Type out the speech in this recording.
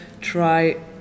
try